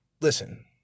listen